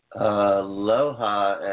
Aloha